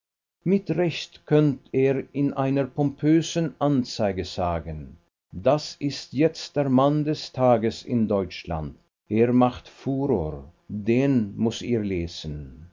mit recht könnt er in einer pompösen anzeige sagen das ist jetzt der mann des tages in deutschland er macht furor den müßt ihr lesen